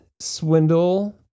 Swindle